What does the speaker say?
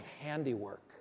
handiwork